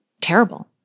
terrible